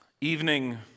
evening